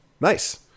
Nice